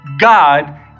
God